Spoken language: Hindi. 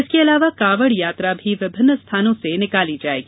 इसके अलावा कांवड़ यात्रा भी विभिन्न स्थानों से निकाली जाएगी